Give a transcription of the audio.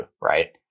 right